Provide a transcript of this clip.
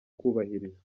kubahirizwa